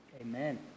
Amen